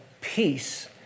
peace